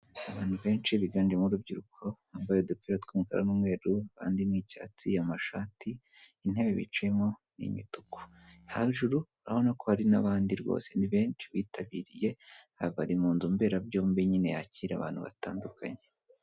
Abantu benshi biganjemo urubyiruko, bambaye udupira tw'umukara n'umweru abandi nk'icyatsi, amashati, intebe bicayemo n'imituku, hejuru urabona ko hari n'abandi rwose, ni benshi bitabiriye aha bari mu nzu mberabyombi nyine yakira abantu batandukanye.